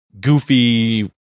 goofy